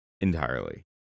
entirely